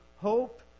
hope